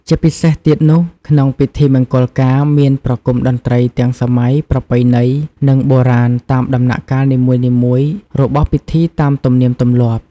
ជាពិសេសទៀតនោះក្នុងពិធីមង្គលការមានប្រគុំតន្រីទាំងសម័យ ប្រពៃណី និងបុរាណតាមដំណាក់កាលនីមួយៗរបស់ពិធីតាមទំនៀមទម្លាប់។